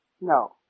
No